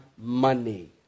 money